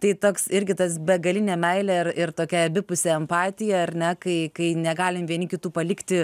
tai toks irgi tas begalinė meilė ir ir tokia abipusė simpatija ar ne kai kai negalim vieni kitų palikti